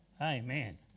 Amen